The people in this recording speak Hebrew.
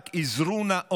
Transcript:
רק אזרו נא אומץ,